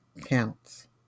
counts